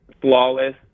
flawless